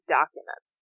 documents